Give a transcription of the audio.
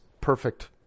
perfect